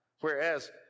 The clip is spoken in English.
whereas